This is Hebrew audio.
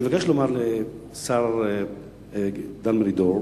אני מבקש לומר לשר דן מרידור,